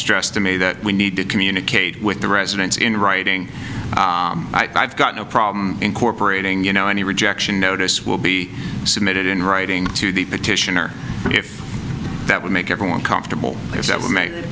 stressed to me that we need to communicate with the residents in writing i've got no problem incorporating you know any rejection notice will be submitted in writing to the petition or if that would make everyone comfortable if that were made t